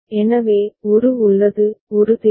எனவே ஒரு உள்ளது ஒரு தேவை